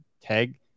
tag